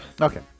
Okay